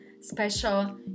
special